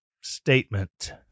statement